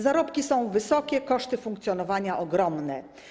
Zarobki są wysokie, koszty funkcjonowania ogromne.